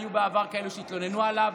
היו בעבר כאלה שהתלוננו עליו,